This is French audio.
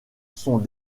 sont